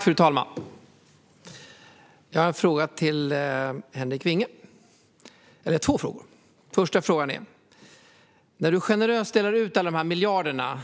Fru talman! Jag har två frågor till Henrik Vinge. Min första fråga: När ni generöst delar ut alla dessa miljarder, dessa